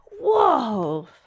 Whoa